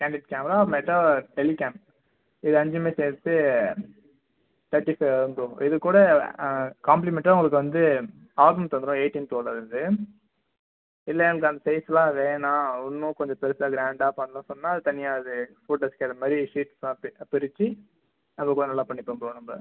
candid camera அப்புறமேட்டு டெலிகேம் இது அஞ்சுமே சேர்த்து தேர்ட்டி ஃபைவ் வரும் ப்ரோ இது கூட காம்ப்ளிமெண்ட்டாக உங்களுக்கு வந்து எயிட்டின் டுவெல்லு வருது இல்லை எனக்கு அந்த சைஸ்லாம் வேணாம் இன்னும் கொஞ்சம் பெரிசா கிராண்டாக பண்ணணும் சொன்னால் அது தனியாக அது ஃபோட்டோ ஸ்கேல் அது மாதிரி ஷீட் பார்த்து பிரிச்சு அதுக்கூட நல்லா பண்ணிப்போம் ப்ரோ நம்ப